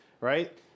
right